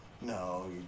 no